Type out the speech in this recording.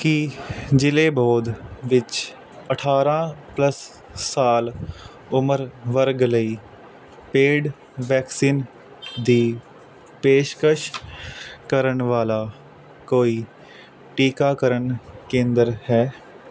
ਕੀ ਜ਼ਿਲ੍ਹੇ ਬੌਧ ਵਿੱਚ ਅਠਾਰ੍ਹਾਂ ਪਲੱਸ ਸਾਲ ਉਮਰ ਵਰਗ ਲਈ ਪੇਡ ਵੈਕਸੀਨ ਦੀ ਪੇਸ਼ਕਸ਼ ਕਰਨ ਵਾਲਾ ਕੋਈ ਟੀਕਾਕਰਨ ਕੇਂਦਰ ਹੈ